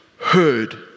heard